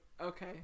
okay